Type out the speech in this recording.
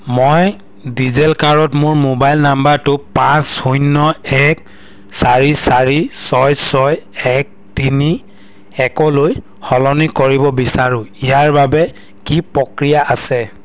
মই ডিজিলকাৰত মোৰ মোবাইল নাম্বাৰটো পাঁচ শূন্য এক চাৰি চাৰি ছয় ছয় এক তিনি একলৈ সলনি কৰিব বিচাৰোঁ ইয়াৰ বাবে কি প্ৰক্ৰিয়া আছে